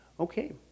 Okay